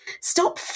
Stop